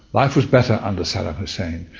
life was better under saddam hussein,